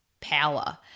power